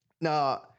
Now